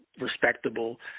respectable